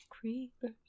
Creepers